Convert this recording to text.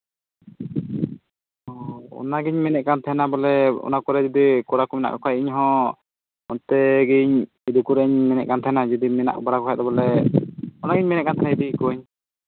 ᱚ ᱚᱱᱟᱜᱤᱧ ᱢᱮᱱᱮᱫ ᱠᱟᱱ ᱛᱟᱦᱮᱱᱟ ᱵᱚᱞᱮ ᱚᱱᱟ ᱠᱚᱨᱮᱫ ᱡᱩᱫᱤ ᱠᱚᱲᱟ ᱠᱚ ᱢᱮᱱᱟᱜ ᱠᱚᱠᱷᱟᱱ ᱤᱧᱦᱚᱸ ᱚᱱᱛᱮ ᱜᱤᱧ ᱢᱮᱱᱮᱫ ᱛᱟᱦᱮᱱᱟ ᱡᱩᱫᱤ ᱢᱮᱱᱟᱜ ᱵᱟᱲᱟ ᱠᱚᱠᱷᱟᱱ ᱫᱚ ᱵᱚᱞᱮ ᱚᱱᱟᱜᱤᱧ ᱢᱮᱱᱮᱫ ᱛᱟᱦᱮᱱᱟ ᱤᱫᱤ ᱠᱚᱣᱟᱧ